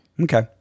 Okay